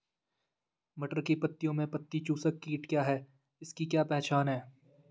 मटर की पत्तियों में पत्ती चूसक कीट क्या है इसकी क्या पहचान है?